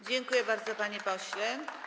Dziękuję bardzo, panie pośle.